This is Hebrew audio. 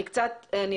אני